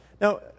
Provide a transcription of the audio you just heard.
Now